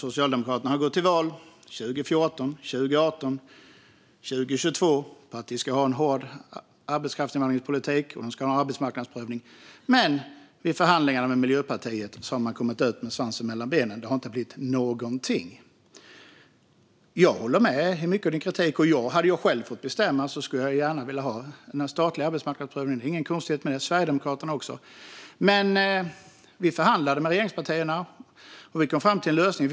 Socialdemokraterna har gått till val - 2014, 2018 och 2022 - på att vi ska ha en hård arbetskraftsinvandringspolitik och en arbetsmarknadsprövning, men i förhandlingarna med Miljöpartiet har man kommit ut med svansen mellan benen. Det har inte blivit någonting. Jag håller med i mycket av din kritik. Hade jag själv fått bestämma hade jag gärna velat ha en statlig arbetsmarknadsprövning. Det är inget konstigt med det. Det gäller Sverigedemokraterna också. Men vi förhandlade med regeringspartierna, och vi kom fram till en lösning.